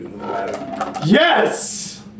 Yes